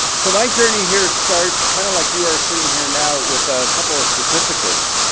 so my journey here starts kinda like you are sitting here now with a couple of certificates.